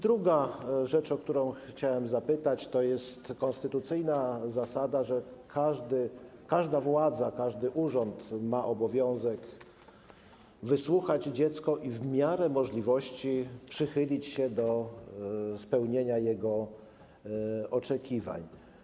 Druga rzecz, o którą chciałem zapytać, to konstytucyjna zasada, że każda władza, każdy urząd ma obowiązek wysłuchać dziecka i w miarę możliwości przychylić się do spełnienia jego oczekiwań.